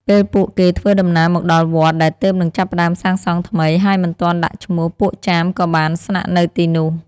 ពេលពួកគេធ្វើដំណើរមកដល់វត្តដែលទើបនឹងចាប់ផ្ដើមសាងសង់ថ្មី ហើយមិនទាន់ដាក់ឈ្មោះ ពួកចាមក៏បានស្នាក់នៅទីនោះ។